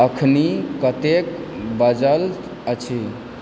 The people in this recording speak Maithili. एखन कतेक बाजल अछि